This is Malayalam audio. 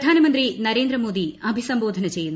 പ്രധാനമന്ത്രി നരേന്ദ്രമോദി അഭിസംബോധന ചെയ്യുന്നു